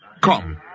Come